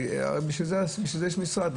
בשביל זה יש משרד.